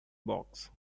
box